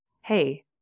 hey